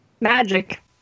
Magic